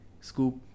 Scoop